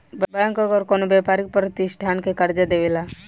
bank अगर कवनो व्यापारिक प्रतिष्ठान के कर्जा देवेला